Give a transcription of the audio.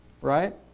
right